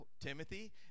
Timothy